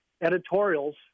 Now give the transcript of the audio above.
editorials